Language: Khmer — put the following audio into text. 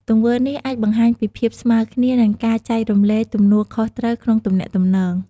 ទង្វើនេះអាចបង្ហាញពីភាពស្មើគ្នា និងការចែករំលែកទំនួលខុសត្រូវក្នុងទំនាក់ទំនង។